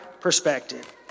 perspective